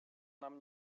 nam